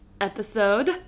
episode